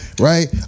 Right